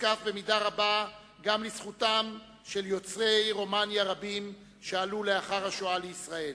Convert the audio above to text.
נזקף במידה רבה גם לזכותם של יוצאי רומניה רבים שעלו לאחר השואה לישראל.